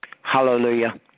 Hallelujah